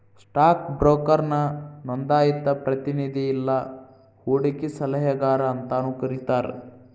stock ಬ್ರೋಕರ್ನ ನೋಂದಾಯಿತ ಪ್ರತಿನಿಧಿ ಇಲ್ಲಾ ಹೂಡಕಿ ಸಲಹೆಗಾರ ಅಂತಾನೂ ಕರಿತಾರ